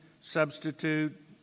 substitute